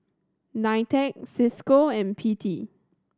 NITEC Cisco and P T